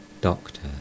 Doctor